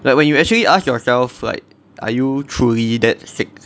like when you actually ask yourself like are you truly that sick